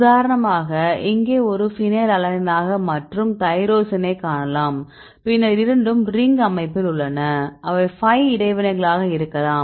உதாரணமாக இங்கே ஒரு ஃபினைலலனைனாக மற்றும் தைரோசினைக் காணலாம் பின்னர் இரண்டும் ரிங் அமைப்பில் உள்ளன அவை பை இடைவினைகளாக இருக்கலாம்